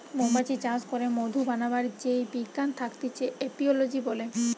মৌমাছি চাষ করে মধু বানাবার যেই বিজ্ঞান থাকতিছে এপিওলোজি বলে